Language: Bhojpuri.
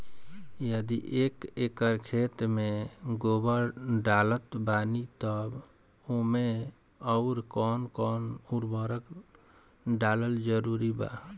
यदि एक एकर खेत मे गोबर डालत बानी तब ओमे आउर् कौन कौन उर्वरक डालल जरूरी बा?